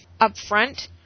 upfront